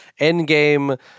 Endgame